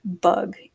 bug